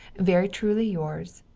very truly yours.